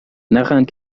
نخند